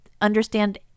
understand